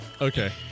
Okay